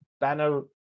banner